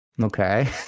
Okay